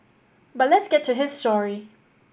but let's get to his story